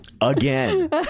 Again